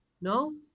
no